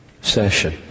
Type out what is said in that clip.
session